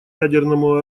ядерному